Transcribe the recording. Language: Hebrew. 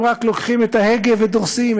הם רק לוקחים את ההגה ודורסים,